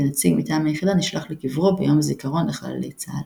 ונציג מטעם היחידה נשלח לקברו ביום הזיכרון לחללי צה"ל.